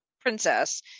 princess